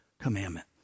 commandment